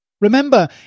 Remember